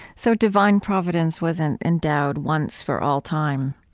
so divine providence wasn't endowed once for all time